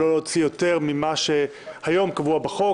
לא להוציא יותר ממה שהיום קבוע בחוק.